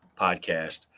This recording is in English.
podcast